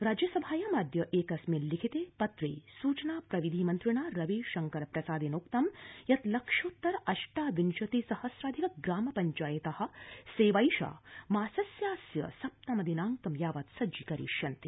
राज्यसभायां एकस्मिन् लिखित पत्रे सूचना प्रविधि मन्त्रिणा रवि शंकर प्रसादेनोक्तं यत् लक्षोत्तर अष्टाविंशति सहस्राधिक ग्राम पंचायता सेवैषा मासस्यास्य सप्तम दिनांकं यावत् सज्जीकरिष्यन्ति